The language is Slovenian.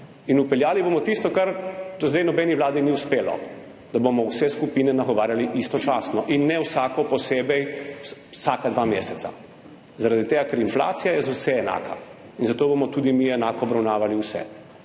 in vpeljali bomo tisto, kar do zdaj nobeni vladi ni uspelo – da bomo vse skupine nagovarjali istočasno in ne vsako posebej vsaka dva meseca, zaradi tega, ker inflacija je za vse enaka in zato bomo tudi mi enako obravnavali vse.